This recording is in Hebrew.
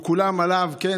וכולם עליו: כן,